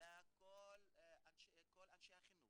לכל אנשי החינוך,